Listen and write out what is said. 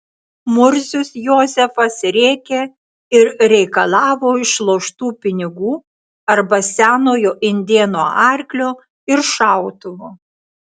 murzius jozefas rėkė ir reikalavo išloštų pinigų arba senojo indėno arklio ir šautuvo